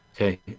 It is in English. Okay